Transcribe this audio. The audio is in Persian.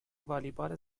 والیبال